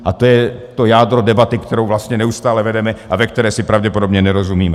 A to je to jádro debaty, kterou vlastně neustále vedeme a ve které si pravděpodobně nerozumíme.